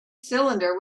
cylinder